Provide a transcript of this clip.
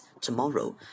tomorrow